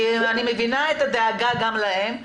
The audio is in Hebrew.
כי אני מבינה את הדאגה גם להם.